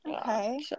Okay